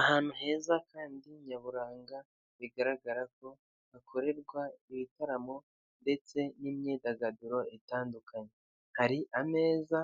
Ahantu heza kandi nyaburanga bigaragara ko hakorerwa ibitaramo ndetse n'imyidagaduro itandukanye, hari ameza